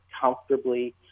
comfortably